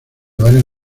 varias